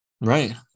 Right